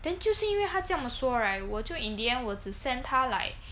then 就是因为他这样说 right 我就 in the end send 他 like